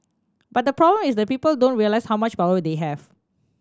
but the problem is that people don't realise how much power they have